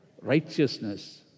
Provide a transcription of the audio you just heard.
righteousness